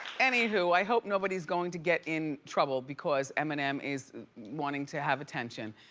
anywho, i hope nobody's going to get in trouble because eminem is wanting to have attention,